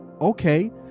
Okay